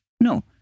No